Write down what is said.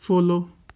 follow